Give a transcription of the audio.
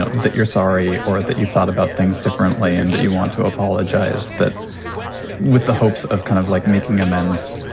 ah that you're sorry or that you've thought about things differently and that you want to apologize, that with the hopes of kind of like making amends